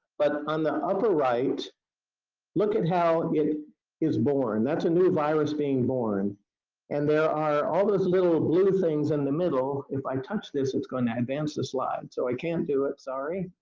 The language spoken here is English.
but on the upper right look at how it is born. that's a new virus being born and there are all those little blue things in and the middle, if i touch this it's going to advance the slide so i can't do it, sorry.